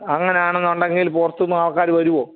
അങ്ങനെ ആണെന്നുണ്ടെങ്കിൽ പുറത്തൂന്ന് ആൾക്കാര് വരോ